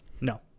No